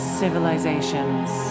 civilizations